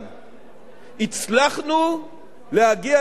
הצלחנו להגיע לצמיחה גבוהה,